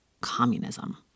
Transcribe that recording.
communism